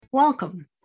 Welcome